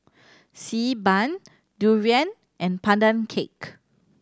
Xi Ban durian and Pandan Cake